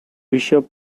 bishop